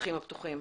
בשטחים הפתוחים.